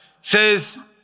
says